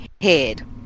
head